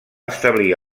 establir